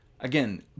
Again